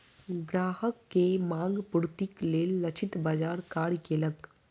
ग्राहक के मांग पूर्तिक लेल लक्षित बाजार कार्य केलक